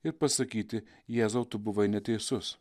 ir pasakyti jėzau tu buvai neteisus